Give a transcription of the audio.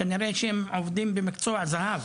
כנראה הם עובדים במקצוע זהב.